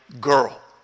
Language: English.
girl